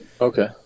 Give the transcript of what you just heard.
Okay